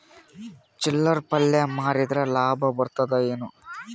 ಚಿಲ್ಲರ್ ಪಲ್ಯ ಮಾರಿದ್ರ ಲಾಭ ಬರತದ ಏನು?